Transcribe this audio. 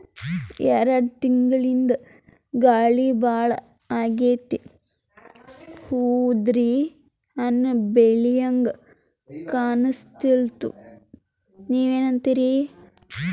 ಎರೆಡ್ ತಿಂಗಳಿಂದ ಗಾಳಿ ಭಾಳ ಆಗ್ಯಾದ, ಹೂವ ಉದ್ರಿ ಹಣ್ಣ ಬೆಳಿಹಂಗ ಕಾಣಸ್ವಲ್ತು, ನೀವೆನಂತಿರಿ?